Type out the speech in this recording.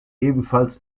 ebenfalls